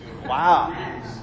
Wow